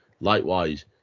likewise